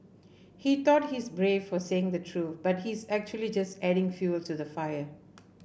he thought he's brave for saying the truth but he's actually just adding fuelled to the fire